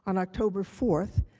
on october four,